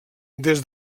des